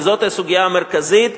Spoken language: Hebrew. וזאת הסוגיה המרכזית,